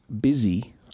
busy